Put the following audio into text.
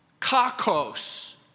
kakos